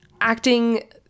acting